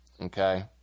Okay